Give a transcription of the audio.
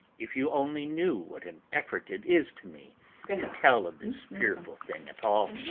if you only knew what an effort it is to me to tell of this fearful thing at all,